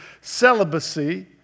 celibacy